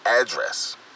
address